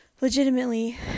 Legitimately